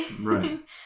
Right